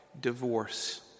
divorce